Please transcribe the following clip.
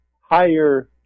higher